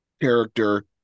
character